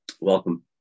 welcome